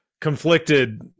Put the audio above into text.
conflicted